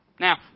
Now